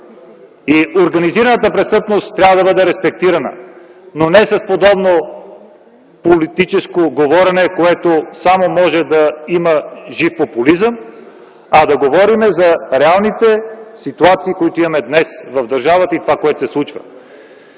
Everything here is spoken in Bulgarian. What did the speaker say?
и организираната престъпност - респектирана, но не с подобно политическо говорене, което само може да има жив популизъм, а да говорим за реалните ситуации, които имаме днес в държавата, за това, което се случва.